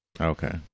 Okay